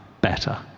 better